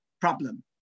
problem